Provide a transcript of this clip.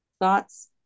Thoughts